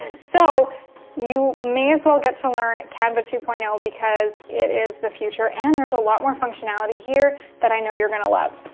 so you may as well get to learn canva two point zero because it is the future and there's a lot more functionality here that i know you're gonna love.